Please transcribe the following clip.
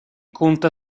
conta